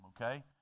okay